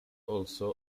also